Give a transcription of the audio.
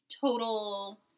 total